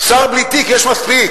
שר בלי תיק, יש מספיק,